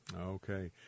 okay